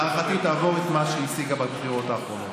להערכתי היא תעבור את מה שהיא השיגה בבחירות האחרונות,